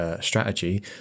Strategy